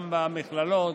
גם במכללות.